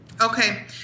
Okay